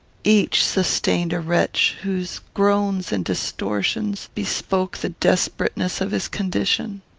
each sustained a wretch, whose groans and distortions bespoke the desperateness of his condition.